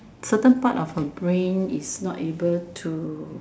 a certain part of her brain is not able to